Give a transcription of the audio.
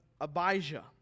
Abijah